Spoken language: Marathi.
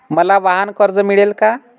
मला वाहनकर्ज मिळेल का?